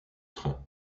train